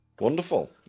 wonderful